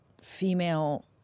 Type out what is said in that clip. female